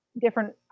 different